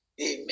Amen